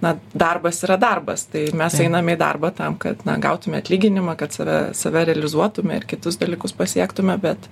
na darbas yra darbas tai mes einam į darbą tam kad na gautume atlyginimą kad save save realizuotume ir kitus dalykus pasiektume bet